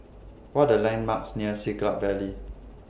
What Are The landmarks near Siglap Valley